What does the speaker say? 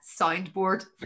soundboard